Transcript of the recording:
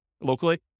locally